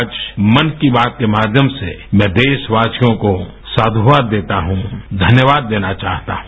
आजमन की बात के माध्यम से मैं देशवासियों को साध्यवाद देता हूँ धन्यवाद देना चाहता हूँ